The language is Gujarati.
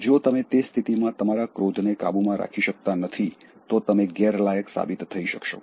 જો તમે તે સ્થિતિમાં તમારા ક્રોધને કાબૂમાં રાખી શકતા નથી તો તમે ગેરલાયક સાબિત થઈ શકશો